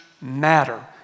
matter